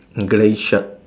grey shirt